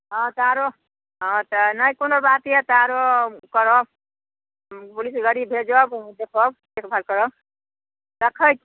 हँ तऽ आरो हँ तऽ नहि कोनो बात यऽ तऽ आरो करब हम पुलिस गड़ी भेजब देखब देखभाल करब रखै छी